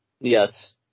Yes